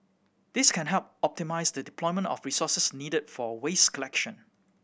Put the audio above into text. this can help optimise the deployment of resources needed for waste collection